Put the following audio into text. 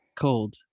cold